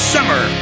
Summer